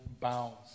bounds